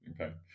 Okay